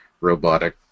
robotic